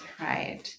right